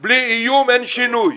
בלי איום אין שינוי.